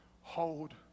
hold